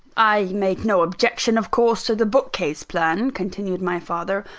i made no objection, of course, to the bookcase plan, continued my father.